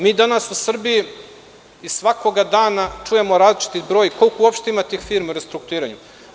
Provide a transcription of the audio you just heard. Mi danas u Srbiji svakoga dana čujemo različiti broj, koliko uopšte ima tih firmi u restrukturiranju.